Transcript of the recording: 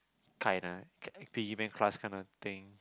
kind lah k~ piggy bank class kind of thing